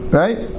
right